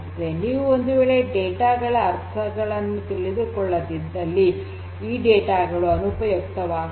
ನೀವು ಒಂದು ವೇಳೆ ಈ ಡೇಟಾ ಗಳ ಅರ್ಥವನ್ನು ತಿಳಿಯದಿದ್ದಲ್ಲಿ ಈ ಡೇಟಾ ಗಳು ಅನುಪಯುಕ್ತವಾಗುತ್ತದೆ